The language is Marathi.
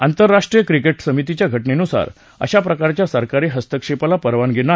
आंतर्राष्ट्रीय क्रिकेट समितीच्या घटनेनुसार अशा प्रकारच्या सरकारी हस्तक्षेपाला परवानगी नाही